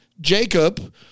Jacob